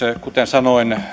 kuten sanoin